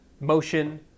motion